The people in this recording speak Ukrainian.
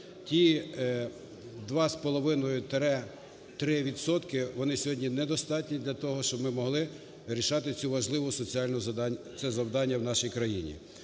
відсотки, вони сьогодні недостатні для того, щоб ми могли рішати це важливе соціальне завдання в нашій країні.